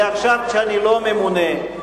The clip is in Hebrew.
ועכשיו כשאני לא ממונה.